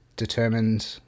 Determined